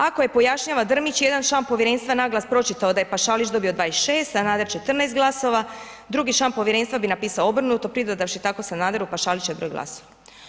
Ako je pojašnjava Drmić, jedan član povjerenstva naglas pročitao da je Pašalić dobio 26, Sanader 14 glasova, drugi član povjerenstva bi napisao obrnuto pridodavši tako Sanaderu Pašalićev broj glasova.